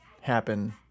happen